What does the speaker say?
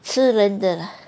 私人的